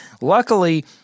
Luckily